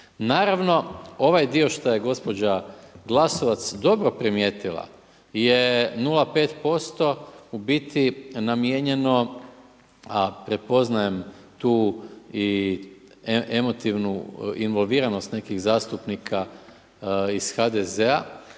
Naravno, ovaj dio šta je gospođa Glasovac dobro primijetila je 0,5%, u biti namijenjeno a prepoznajem tu i emotivnu involviranost nekih zastupnika HDZ-a